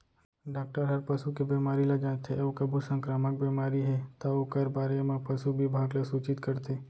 doctor हर पसू के बेमारी ल जांचथे अउ कभू संकरामक बेमारी हे तौ ओकर बारे म पसु बिभाग ल सूचित करथे